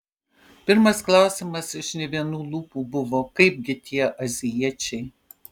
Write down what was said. pirmas klausimas iš ne vienų lūpų buvo kaipgi tie azijiečiai